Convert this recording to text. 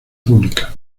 pública